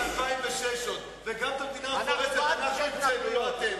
אגב, מדינה מפורזת לא נתניהו המציא.